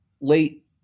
late